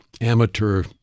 amateur